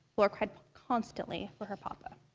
flor cried constantly for her papa.